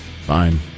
Fine